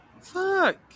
Fuck